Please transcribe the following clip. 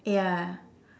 ya